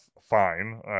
fine